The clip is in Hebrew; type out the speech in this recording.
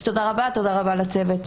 תודה רבה, תודה רבה לצוות,